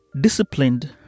disciplined